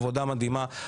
עבודה מדהימה,